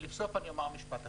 לבסוף אני אומר משפט אחד,